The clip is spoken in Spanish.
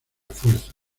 fuerza